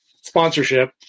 sponsorship